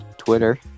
Twitter